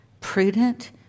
prudent